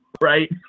right